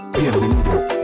Bienvenido